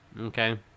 okay